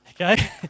Okay